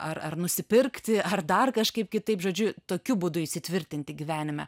ar ar nusipirkti ar dar kažkaip kitaip žodžiu tokiu būdu įsitvirtinti gyvenime